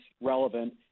relevant